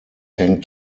hängt